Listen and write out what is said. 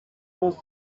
was